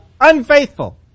unfaithful